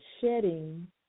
shedding